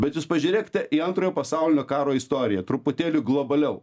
bet jūs pažiūrėkite į antrojo pasaulinio karo istoriją truputėlį globaliau